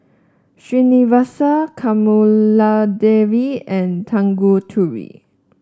Srinivasa Kamaladevi and Tanguturi